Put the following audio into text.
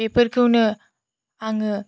बेफोरखौनो आङो